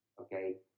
Okay